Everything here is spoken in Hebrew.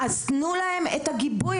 אז תנו להם את הגיבוי.